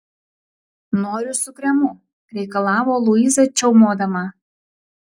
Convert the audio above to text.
noriu su kremu reikalavo luiza čiaumodama